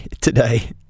today